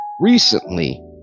recently